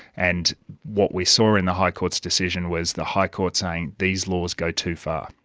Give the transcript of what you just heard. and what we saw in the high court's decision was the high court saying these laws go too far.